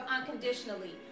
unconditionally